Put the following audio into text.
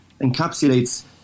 encapsulates